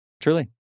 truly